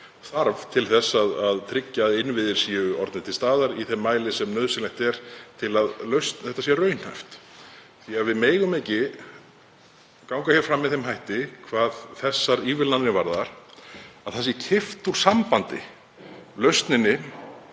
þarf til að tryggja að innviðir séu orðnir til staðar í þeim mæli sem nauðsynlegt er til að þetta sé raunhæft. Við megum ekki ganga fram með þeim hætti hvað þessar ívilnanir varðar að kippt sé úr sambandi lausninni